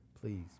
Please